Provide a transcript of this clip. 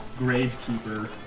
gravekeeper